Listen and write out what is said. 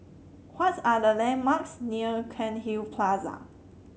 what are the landmarks near Cairnhill Plaza